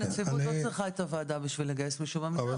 הנציבות לא צריכה את הוועדה בשביל לגייס מישהו מהמגזר.